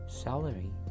celery